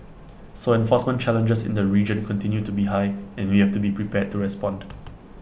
so enforcement challenges in the region continue to be high and we have to be prepared to respond